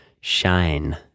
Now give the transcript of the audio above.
shine